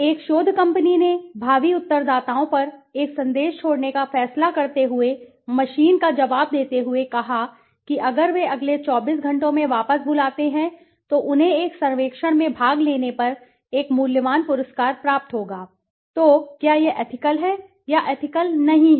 एक शोध कंपनी ने भावी उत्तरदाताओं पर एक संदेश छोड़ने का फैसला करते हुए मशीन का जवाब देते हुए कहा कि अगर वे अगले 24 घंटों में वापस बुलाते हैं तो उन्हें एक सर्वेक्षण में भाग लेने पर एक मूल्यवान पुरस्कार प्राप्त होगा तो क्या यह एथिकल है या एथिकल नहीं है